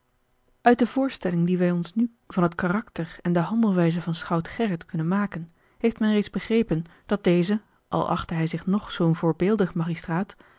uit de voorstelling die wij ons nu van het karakter en de handelwijze van schout gerrit kunnen maken heeft men reeds begrepen dat deze al achtte hij zich nog zoo'n voorbeeldig magistraat